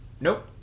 nope